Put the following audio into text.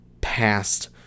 past